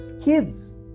kids